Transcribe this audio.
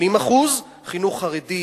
80%; חינוך חרדי,